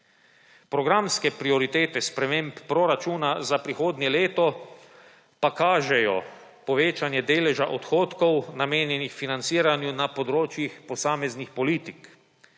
Programske prioritete sprememb proračuna za prihodnje leto pa kažejo povečanje deleža odhodkov, namenjenih financiranju na področjih posameznih politik.